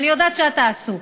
אני יודעת שאתה עסוק.